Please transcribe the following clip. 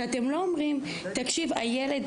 כי אתם לא אומרים מה שם הילד.